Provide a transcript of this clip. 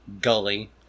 gully